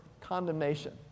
condemnation